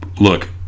Look